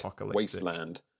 wasteland